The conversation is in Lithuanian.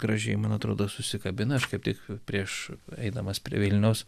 gražiai man atrodo susikabina aš kaip tik prieš eidamas prie vilniaus